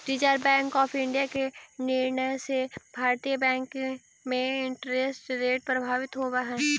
reserve Bank of India के निर्णय से भारतीय बैंक में इंटरेस्ट रेट प्रभावित होवऽ हई